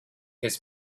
his